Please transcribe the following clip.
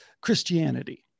Christianity